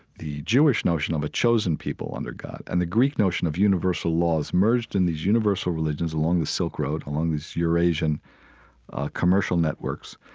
the jewish notion of a chosen people under god and the greek notion of universal laws merged in these universal religions along the silk road, along these eurasian commercial networks,